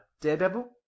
Daredevil